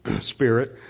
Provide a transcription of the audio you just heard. Spirit